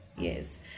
yes